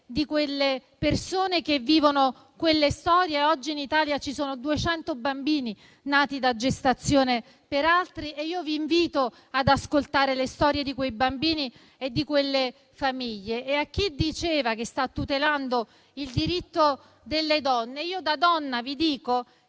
di quelle persone che le vivono. Oggi in Italia ci sono 200 bambini nati da gestazione per altri e io vi invito ad ascoltare le storie di quei bambini e di quelle famiglie. A chi diceva che sta tutelando il diritto delle donne, io, da donna, vi dico